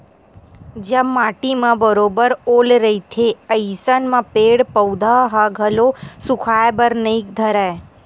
जब माटी म बरोबर ओल रहिथे अइसन म पेड़ पउधा ह घलो सुखाय बर नइ धरय